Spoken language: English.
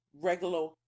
regular